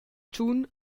tschun